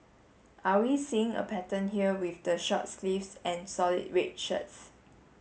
are we seeing a pattern here with the short sleeves and solid red shirts